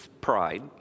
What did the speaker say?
pride